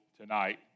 tonight